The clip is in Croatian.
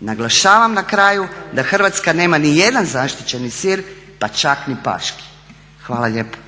Naglašavam na kraju da Hrvatska nema nijedan zaštićeni sir pa čak ni paški. Hvala lijepa.